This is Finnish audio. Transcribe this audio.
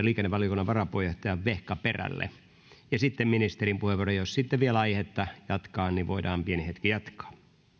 liikennevaliokunnan varapuheenjohtaja vehkaperälle ja sitten on ministerin puheenvuoro ja jos sitten on vielä aihetta jatkaa niin voidaan pieni hetki jatkaa